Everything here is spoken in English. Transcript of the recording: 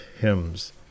Hymns